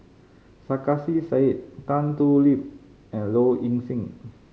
Sarkasi Said Tan Thoon Lip and Low Ing Sing